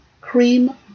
cream